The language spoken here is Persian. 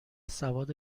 سواد